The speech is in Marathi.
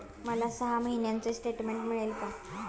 मला सहा महिन्यांचे स्टेटमेंट मिळेल का?